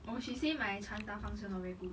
oh she say my 传达方式 not very good